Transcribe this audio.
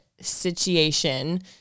situation